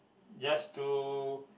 just to